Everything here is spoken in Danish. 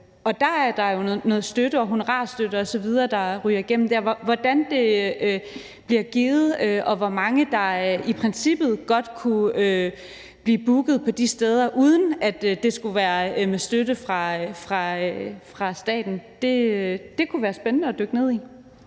og der er der jo noget støtte og honorarstøtte osv., der ryger igennem. Hvordan det bliver givet, og hvor mange der i princippet godt kunne blive booket på de steder, uden at det skulle være med støtte fra staten, kunne være spændende at dykke ned i.